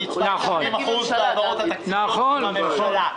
אני כאן ב-90% בהעברות התקציביות של הממשלה.